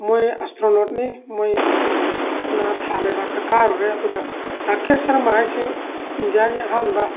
ꯃꯣꯏ ꯑꯦꯁꯇ꯭ꯔꯣꯅꯣꯠꯅꯤ ꯃꯣꯏꯅ ꯊꯥ ꯂꯩꯕꯥꯛꯇ ꯀꯥꯔꯨꯔꯦ ꯑꯗꯨꯒ ꯔꯥꯀꯦꯁ ꯁꯔꯃ ꯍꯥꯏꯁꯦ ꯏꯟꯗꯤꯌꯥꯒꯤ ꯑꯍꯥꯟꯕ